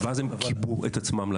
ואז הם כיבו את עצמם לדעת.